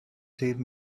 save